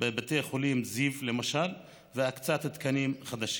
בבתי חולים, בזיו, למשל, ולהקצאת תקנים חדשים.